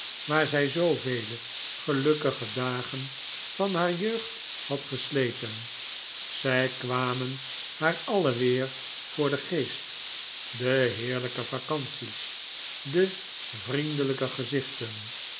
waar zij zoovele gelukkige dagen van haar jeugd had gesleten zij kwamen haar alle weer voor den geest de heerlijke vacanties de vriendelijke gezichten